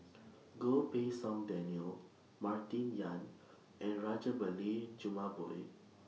Goh Pei Siong Daniel Martin Yan and Rajabali Jumabhoy